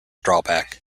drawback